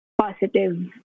positive